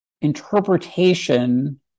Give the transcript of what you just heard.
interpretation